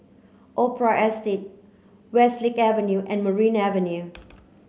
Opera Estate Westlake Avenue and Merryn Avenue